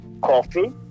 coffee